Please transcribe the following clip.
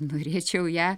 norėčiau ją